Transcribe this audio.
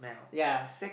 ya